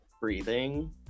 breathing